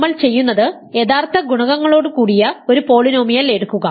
നമ്മൾ ചെയ്യുന്നത് യഥാർത്ഥ ഗുണകങ്ങളോടുകൂടിയ ഒരു പോളിനോമിയൽ എടുക്കുക